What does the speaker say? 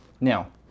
Now